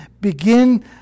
begin